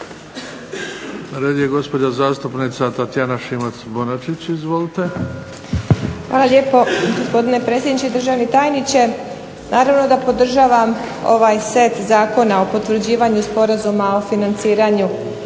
Na redu je gospođa zastupnica Tatjana Šimac-Bonačić. Izvolite. **Šimac Bonačić, Tatjana (SDP)** Hvala lijepo gospodine predsjedniče, državni tajniče. Naravno da podržavam ovaj set zakona o potvrđivanju sporazuma o financiranju